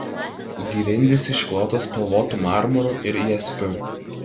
grindys išklotos spalvotu marmuru ir jaspiu